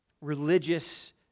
religious